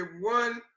one